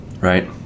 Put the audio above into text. Right